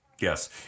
Yes